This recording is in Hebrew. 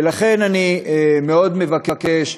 ולכן אני מאוד מבקש,